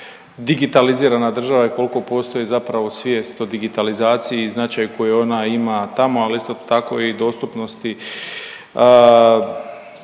digitalizirana država i koliko postoji zapravo svijest o digitalizaciji i značaju koju ona ima tamo, ali isto tako i dostupnosti